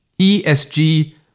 ESG